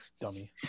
Dummy